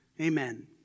Amen